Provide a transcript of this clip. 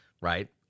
right